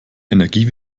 energie